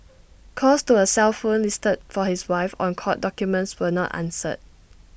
calls to A cell phone listed for his wife on court documents were not answered